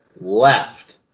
left